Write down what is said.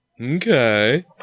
Okay